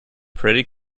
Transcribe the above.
pretty